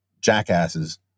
jackasses